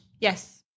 Yes